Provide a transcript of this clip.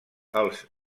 els